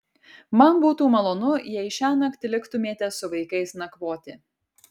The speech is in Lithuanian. man būtų malonu jei šiąnakt liktumėte su vaikais nakvoti